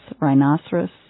rhinoceros